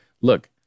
Look